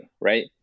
right